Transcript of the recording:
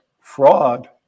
fraud